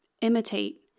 imitate